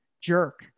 jerk